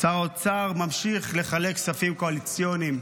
שר האוצר ממשיך לחלק כספים קואליציוניים,